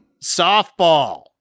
Softball